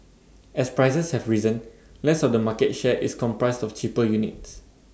as prices have risen less of the market share is comprised of cheaper units